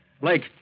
Blake